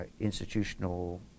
institutional